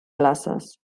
classes